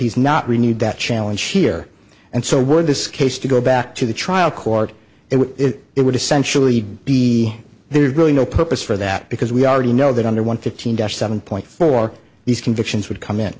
he's not renewed that challenge here and so would this case to go back to the trial court it would essentially be there's really no purpose for that because we already know that under one thousand seven point four these convictions would come in